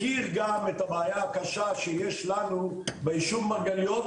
מכיר גם את הבעיה הקשה שיש לנו ביישוב מרגליות,